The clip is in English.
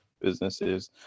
businesses